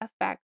affect